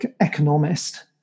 Economist